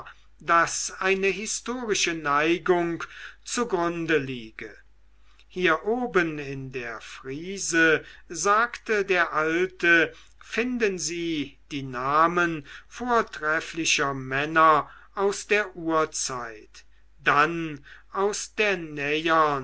daß eine historische neigung zugrunde liege hier oben in der friese sagte der alte finden sie die namen vortrefflicher männer aus der urzeit dann aus der